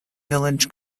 village